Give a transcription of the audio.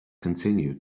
continued